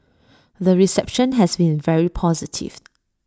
the reception has been very positive